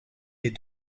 des